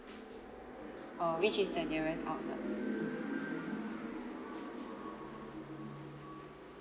uh which is the nearest outlet